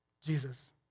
Jesus